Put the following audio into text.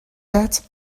that